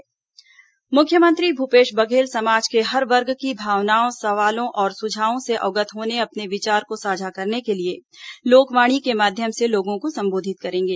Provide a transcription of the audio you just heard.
लोकवाणी मुख्यमंत्री भूपेश बघेल समाज के हर वर्ग की भावनाओं सवालों सुझावों से अवगत होने और अपने विचार को साझा करने के लिए लोकवाणी के माध्यम से लोगों को संबोधित करेंगे